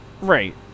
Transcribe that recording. Right